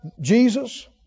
Jesus